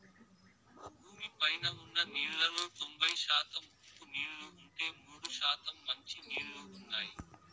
భూమి పైన ఉన్న నీళ్ళలో తొంబై శాతం ఉప్పు నీళ్ళు ఉంటే, మూడు శాతం మంచి నీళ్ళు ఉన్నాయి